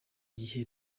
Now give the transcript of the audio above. gihe